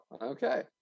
okay